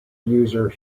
user